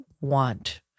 want